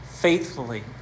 faithfully